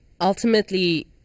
ultimately